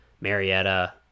marietta